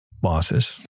bosses